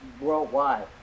worldwide